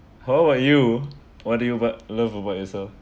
how about you what do you bu~ love about yourself